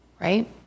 right